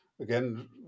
again